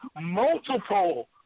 multiple